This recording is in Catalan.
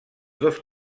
dos